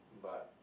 but